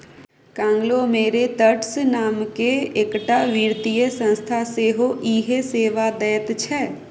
conglomerates नामकेँ एकटा वित्तीय संस्था सेहो इएह सेवा दैत छै